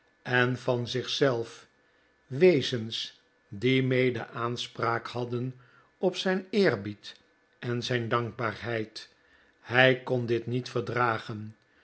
en van zich zelf wezens die mede aanspraak hadden op zijn eerbied en zijn dankbaarheid hij kon dit niet verdragen